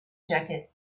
jacket